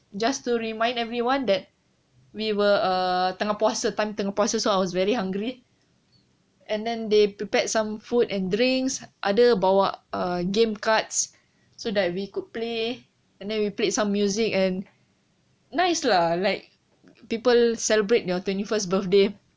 just to remind everyone that we were err tengah puasa time tengah puasa I was very hungry and then they prepared some food and drinks ada bawa uh game cards so that we could play and then we played some music and nice lah like people celebrate your twenty first birthday